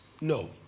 No